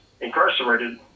incarcerated